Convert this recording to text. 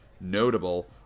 notable